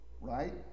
right